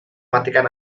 matikan